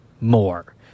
more